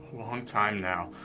long time now.